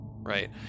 right